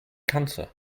cancer